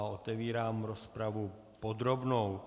Otevírám rozpravu podrobnou.